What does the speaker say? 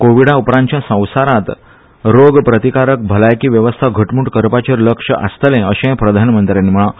कोव्हिडा उपरांतचे संवसारांत रोग प्रतिकारक भलायकी वेवस्था घटमूट करपाचेर लक्ष आसतलें अशेंय प्रधानमंत्र्यांनी म्हणलां